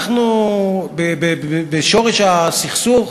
בשורש הסכסוך